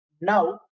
now